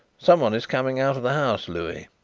someone is coming out of the house, louis,